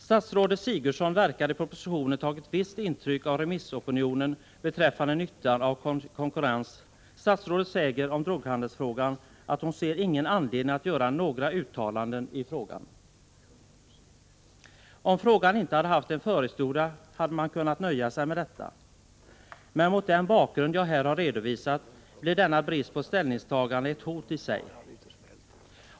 Statsrådet Sigurdsen verkar i propositionen ha tagit visst intryck av remissopinionen beträffande nyttan av konkurrens. Statsrådet säger om droghandelsfrågan, att hon inte ser någon anledning att göra några uttalanden i frågan. Om denna fråga inte hade haft en förhistoria hade man kunnat nöja sig med detta. Men mot den bakgrund jag här har redovisat blir denna brist på ställningstagande ett hot i sig.